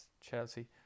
Chelsea